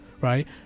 right